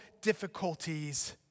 difficulties